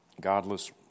godless